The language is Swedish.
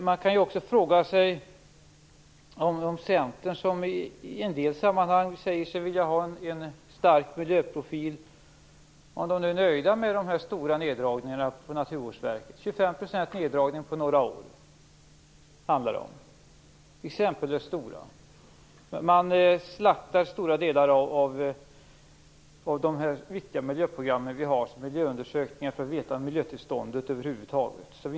Man kan också fråga sig om Centern, som i en del sammanhang säger sig vilja ha en stark miljöprofil, är nöjda med de stora neddragningarna på Naturvårdsverket. Det handlar om exempellöst stora neddragningar på 25 % på några år. Man slaktar stora delar av de viktiga miljöprogram som vi har, t.ex. miljöundersökningar för att vi över huvud taget skall veta hur miljötillståndet ser ut.